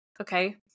okay